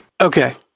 Okay